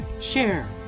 share